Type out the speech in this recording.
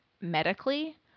medically